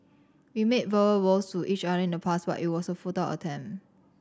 we made verbal vows to each other in the past but it was a futile attempt